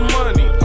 money